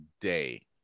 day